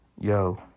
yo